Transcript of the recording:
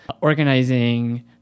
organizing